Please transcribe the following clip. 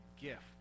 gift